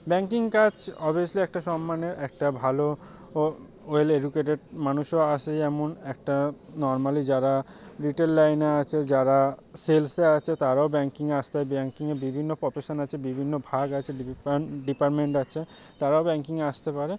banking কাজ obviously একটা সম্মানের একটা ভালো ওয়েল এডুকেটেড মানুষও আসে যেমন একটা নর্মালি যারা রিটেল লাইনে আছে যারা সেলসে আছে তারাও ব্যাঙ্কিংয়ে আসতে হয় ব্যাঙ্কিংয়ে বিভিন্ন প্রফেশন আছে বিভিন্ন ভাগ আছে ডিপার্টমেন্ট আছে তারাও ব্যাঙ্কিংয়ে আসতে পারে